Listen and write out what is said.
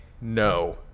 no